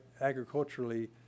agriculturally